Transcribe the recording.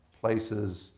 places